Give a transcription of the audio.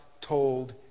told